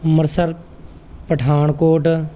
Amritsar Pathankot